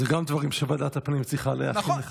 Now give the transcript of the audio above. גם אלה דברים שוועדת הפנים צריכה להכין לחקיקה.